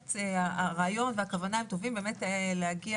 הרעיון והכוונה הטובים הם להגיע